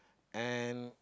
and